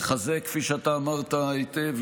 כפי שאמרת היטב,